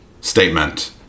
statement